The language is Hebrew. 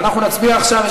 אז אנחנו נצביע עכשיו.